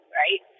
right